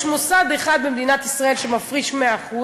יש מוסד אחד במדינת ישראל שמפריש 100%,